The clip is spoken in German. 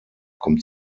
kommt